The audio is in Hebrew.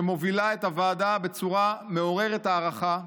שמובילה את הוועדה בצורה מעוררת הערכה,